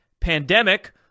pandemic